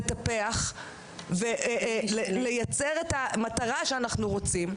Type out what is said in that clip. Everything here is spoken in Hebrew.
לטפח ולייצר את המטרה שאנחנו רוצים.